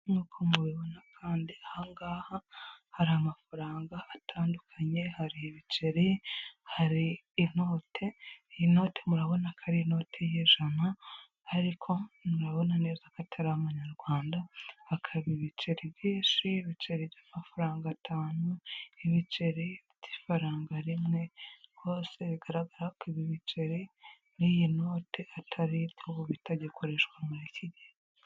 Nk'uko mubibona kandi ahangaha hari amafaranga atandukanye hari ibiceri hari inote inote murabona ko ari inote y'ijana ariko murabona neza ko atari amanyarwanda hakaba ibiceri byinshi ibiceri by'amafaranga atanu ibiceri by'ifaranga rimwe rwose bigaragara ko ibi biceri n'iyi note atari iby'ubu bitagikoreshwa muri iki gihe.